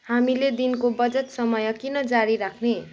हामीले दिनको बचत समय किन जारी राख्ने